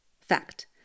Fact